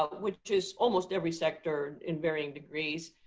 ah which is almost every sector in varying degrees,